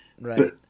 Right